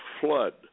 flood